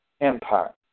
empire